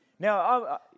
Now